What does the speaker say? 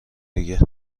دیگه